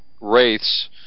wraiths